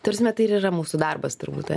ta prasme tai ir yra mūsų darbas turbūt